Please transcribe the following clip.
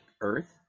Earth